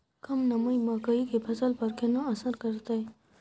कम नमी मकई के फसल पर केना असर करतय?